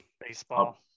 Baseball